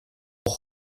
auch